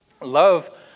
Love